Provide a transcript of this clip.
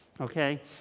okay